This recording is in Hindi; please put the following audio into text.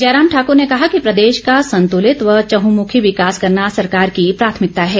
जयराम ठाक्र ने कहा कि प्रदेश का संतुलित व चहमुखी विकास करना सरकार की प्राथमिकता है